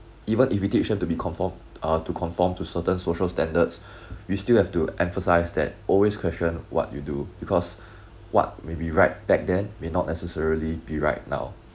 even if we teach them to be conform uh to conform to certain social standards you still have to emphasise that always question what you do because what maybe right back then may not necessarily be right now